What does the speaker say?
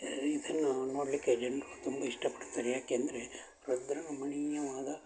ಇದನ್ನು ನೋಡಲಿಕ್ಕೆ ಜನರು ತುಂಬ ಇಷ್ಟಪಡ್ತಾರೆ ಯಾಕೆ ಅಂದರೆ ರುದ್ರ ರಮಣೀಯವಾದ